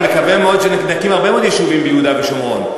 אני מקווה מאוד שנקים הרבה מאוד יישובים ביהודה ושומרון.